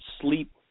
sleep